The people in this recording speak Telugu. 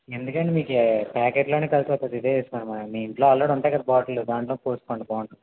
ఎందుకండి మీకు ప్యాకెట్ లోనే కలిసి వస్తుంది ఇదే తీసుకోండి మీ ఇంట్లో ఉంటాయి కదా అండి ఆల్రెడీ బాటిల్లు దాంట్లో పోసుకోండి బాగుంటుంది